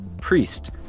priest